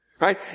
right